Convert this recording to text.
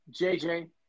JJ